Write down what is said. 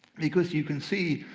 because you can see,